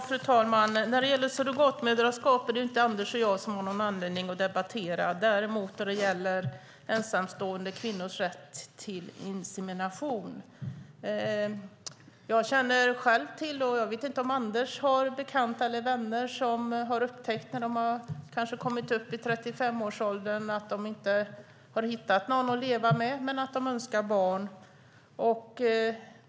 Fru talman! När det gäller surrogatmoderskap har inte Anders och jag någon anledning att debattera, däremot när det gäller ensamstående kvinnors rätt till insemination. Jag känner själv till personer, jag vet inte om Anders har bekanta eller vänner som när de har kommit upp i 35-årsåldern har upptäckt att de inte har hittat någon att leva med men att de önskar barn.